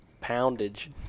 poundage